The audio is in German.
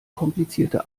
komplizierte